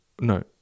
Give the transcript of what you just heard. no